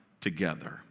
together